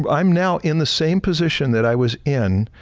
um i'm now in the same position that i was in,